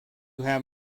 have